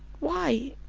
why,